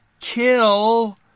kill